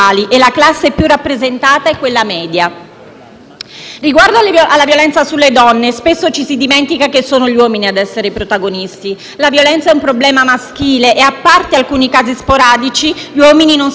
Riguardo alla violenza sulle donne, spesso si dimentica che sono gli uomini ad esserne protagonisti: la violenza è un problema maschile e, a parte alcuni casi sporadici, gli uomini non si sentono direttamente chiamati in causa a discuterne.